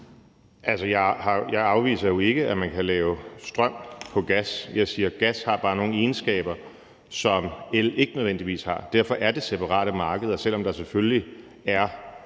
jeg afviser jo ikke, at man kan lave strøm på gas. Jeg siger, at gas bare har nogle egenskaber, som el ikke nødvendigvis har. Derfor er det separate markeder, selv om der selvfølgelig er